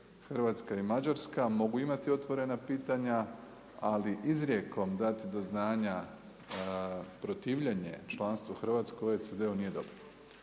Hrvatska i Mađarska mogu imati otvorena pitanja, ali izrijekom dati do znanja protivljenje članstvu Hrvatske u OECD-u nije dobro